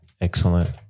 excellent